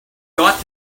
got